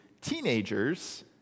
teenagers